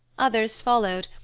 others followed,